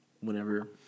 whenever